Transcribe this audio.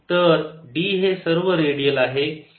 तर D हे सर्व रेडियल आहे